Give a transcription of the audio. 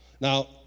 Now